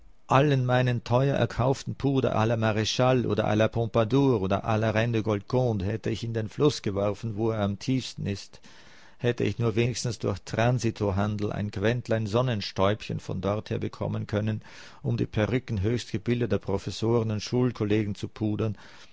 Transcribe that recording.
allen meinen teuer erkauften puder la marchal oder la pompadour oder la reine de golconde hätte ich in den fluß geworfen wo er am tiefsten ist hätte ich nur wenigstens durch transito handel ein quentlein sonnenstäubchen von dorther bekommen können um die perücken höchst gebildeter professoren und schulkollegen zu pudern